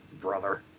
Brother